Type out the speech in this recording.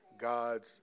God's